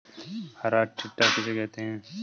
हरा टिड्डा किसे कहते हैं?